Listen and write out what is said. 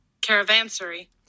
Caravansary